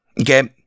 okay